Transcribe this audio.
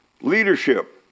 leadership